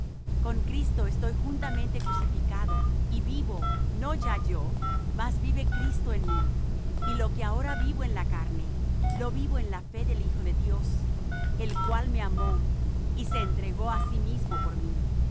con cristo estoy juntamente crucificado y vivo no ya yo mas vive cristo en mí y lo que ahora vivo en la carne lo vivo en la fe del hijo de dios el cual me amó y se entregó á sí mismo por mí